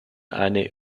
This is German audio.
eine